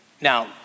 Now